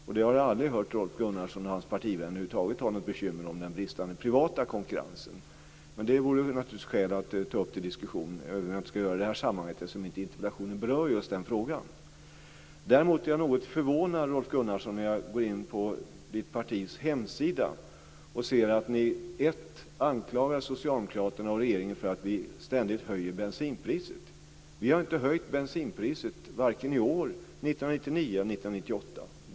Jag har aldrig hört Rolf Gunnarsson och hans partivänner över huvud taget ha något bekymmer med den bristande privata konkurrensen. Men det vore naturligtvis skäl att ta upp till diskussion, även om vi inte ska göra det i det här sammanhanget eftersom inte interpellationen berör just den frågan. Däremot är jag något förvånad, Rolf Gunnarsson, när jag går in på Moderaternas hemsida och ser att ni anklagar Socialdemokraterna och regeringen för att vi ständigt höjer bensinpriset. Vi har inte höjt bensinpriset vare sig i år, 1999 eller 1998.